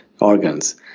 organs